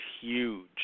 huge